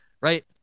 right